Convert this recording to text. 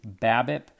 BABIP